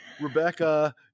Rebecca